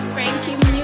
Frankie